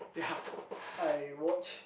ya I watch